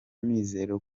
mizero